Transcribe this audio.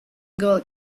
girl